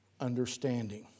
understanding